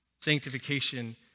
Sanctification